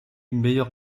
meilleur